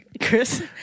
Chris